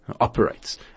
operates